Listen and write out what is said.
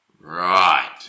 Right